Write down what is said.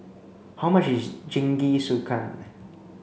how much is Jingisukan